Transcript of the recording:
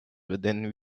within